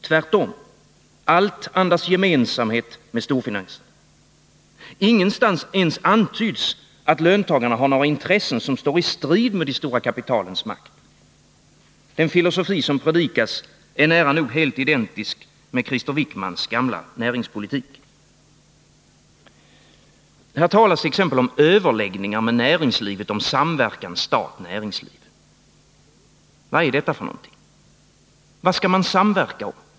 Tvärtom — allt andas gemensamhet med storfinansen. Ingenstans ens antyds att löntagarna har några intressen som står i strid med de stora kapitalens makt. Den filosofi som predikas är nära nog helt identisk med Krister Wickmans gamla näringspolitik. Här talas t.ex. om överläggningar med näringslivet rörande samverkan stat-näringsliv. Vad är detta? Vad skall man samverka om?